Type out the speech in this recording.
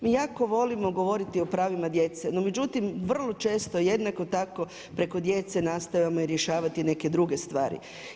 Mi jako volimo govoriti o pravima djece, no međutim, vrlo često jednako tako preko djece nastojimo rješavati neke druge stvari.